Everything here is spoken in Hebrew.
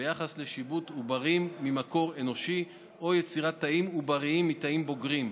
ביחס לשיבוט עוברים ממקור אנושי או יצירת תאים עובריים מתאים בוגרים.